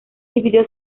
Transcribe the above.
dividió